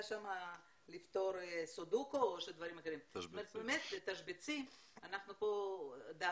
שם לפתור סודוקו או תשבצים או דברים אחרים.